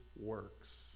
works